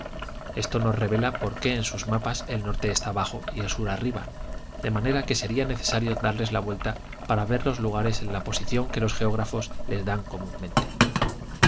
esto nos revela por qué en sus mapas el norte está abajo y el sur arriba de manera que sería necesario darles la vuelta para ver los lugares en la posición que los geógrafos les dan comúnmente